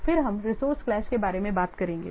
फिर हम resource clash के बारे में बात करेंगे